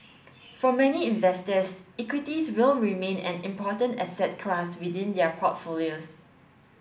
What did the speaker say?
for many investors equities will remain an important asset class within their portfolios